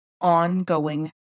ongoing